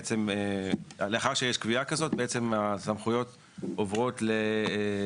בעצם לאחר שיש קביעה כזאת בעצם הסמכויות עוברות לוועדה